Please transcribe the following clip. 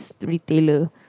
retailer